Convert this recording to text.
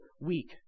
weak